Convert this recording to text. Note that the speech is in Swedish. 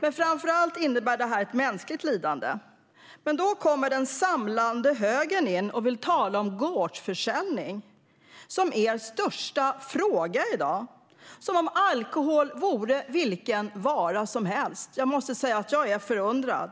men framför allt innebär det ett mänskligt lidande. Då kommer den samlade högern in och vill tala om gårdsförsäljning som sin största fråga i dag, som om alkohol vore vilken vara som helst. Jag måste säga att jag är förundrad.